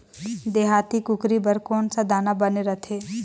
देहाती कुकरी बर कौन सा दाना बने रथे?